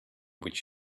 which